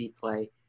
play